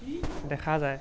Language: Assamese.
দেখা যায়